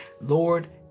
Lord